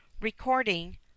Recording